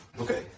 Okay